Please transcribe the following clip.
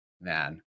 man